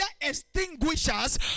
extinguishers